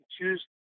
choose